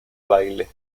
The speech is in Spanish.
baile